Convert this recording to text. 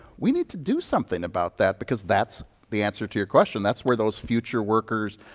we need to do something about that because that's the answer to your question. that's where those future workers,